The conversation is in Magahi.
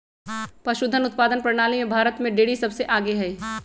पशुधन उत्पादन प्रणाली में भारत में डेरी सबसे आगे हई